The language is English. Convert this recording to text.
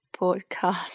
podcast